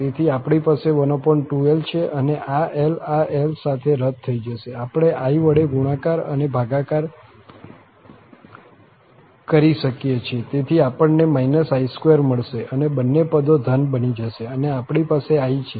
તેથી આપણી પાસે 12l છે અને આ l આ l સાથે રદ થઈ જશે આપણે i વડે ગુણાકાર અને ભાગાકાર કરી શકીએ છીએ તેથી આપણને i2 મળશે અને બંને પદો ધન બની જશે અને આપણી પાસે i છે